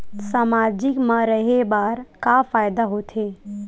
सामाजिक मा रहे बार का फ़ायदा होथे?